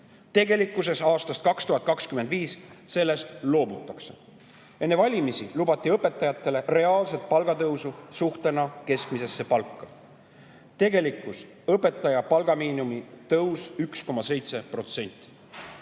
Tegelikkuses aastast 2025 sellest loobutakse. Enne valimisi lubati õpetajatele reaalset palgatõusu suhtena keskmisesse palka. Tegelikkus: õpetaja palgamiinimumi tõus 1,7%.